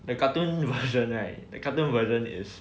the cartoon version right that cartoon version is